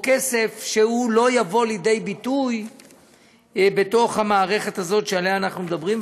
או כסף שלא יבוא לידי ביטוי בתוך המערכת הזאת שעליה אנחנו מדברים,